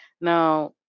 now